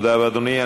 תודה רבה, אדוני.